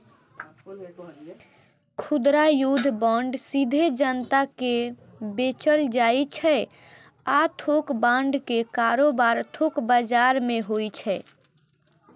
खुदरा युद्ध बांड सीधे जनता कें बेचल जाइ छै आ थोक बांड के कारोबार थोक बाजार मे होइ छै